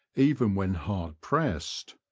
even when hard pressed.